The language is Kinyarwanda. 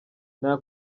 nta